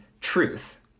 truth